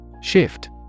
Shift